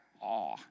awe